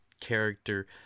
character